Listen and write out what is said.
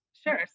Sure